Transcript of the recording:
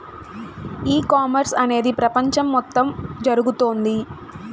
ఈ కామర్స్ అనేది ప్రపంచం మొత్తం జరుగుతోంది